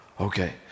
Okay